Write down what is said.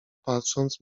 patrząc